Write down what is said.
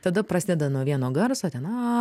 tada prasideda nuo vieno garso ten a